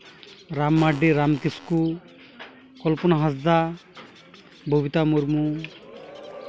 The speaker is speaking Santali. ᱨᱟᱢ ᱢᱟᱨᱰᱤ ᱨᱟᱢ ᱠᱤᱥᱠᱩ ᱠᱚᱞᱯᱚᱱᱟ ᱦᱟᱸᱥᱫᱟ ᱵᱚᱵᱤᱛᱟ ᱢᱩᱨᱢᱩ